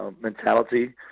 mentality